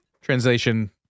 translation